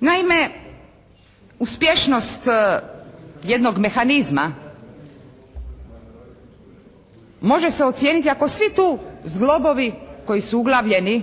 Naime uspješnost jednog mehanizma može se ocijeniti ako svi tu zglobovi koji su uglavljeni